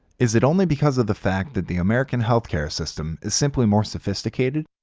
is it only because of the fact that the american health care system is simply more sophisticated?